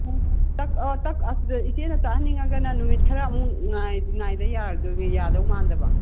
ꯎꯝ ꯇꯛ ꯇꯛ ꯑꯁꯤꯗ ꯏꯆꯦꯅ ꯇꯛꯍꯟꯅꯤꯡꯉꯒꯅ ꯅꯨꯃꯤꯠ ꯈꯔ ꯑꯃꯨꯛ ꯉꯥꯏꯗ ꯌꯥꯗꯧ ꯃꯥꯟꯗꯕ